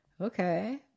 okay